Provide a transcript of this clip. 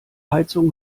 heizung